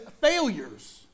failures